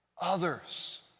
others